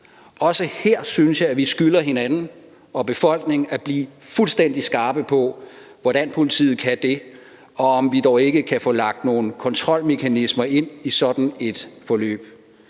Også her synes jeg, vi skylder hinanden og befolkningen at blive fuldstændig skarpe på, hvordan politiet kan det, og om vi dog ikke kan få lagt nogle kontrolmekanismer ind i sådan et forløb.